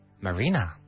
Marina